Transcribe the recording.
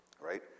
Right